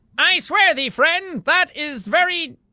i swear thee friend, that is very.